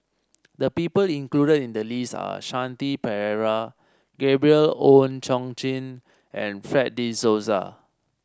the people included in the list are Shanti Pereira Gabriel Oon Chong Jin and Fred De Souza